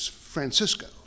Francisco